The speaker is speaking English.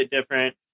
different